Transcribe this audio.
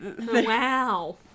Wow